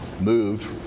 moved